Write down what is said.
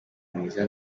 mwiza